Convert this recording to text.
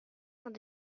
saint